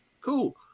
cool